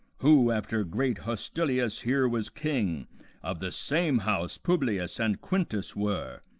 who, after great hostilius, here was king of the same house publius and quintus were,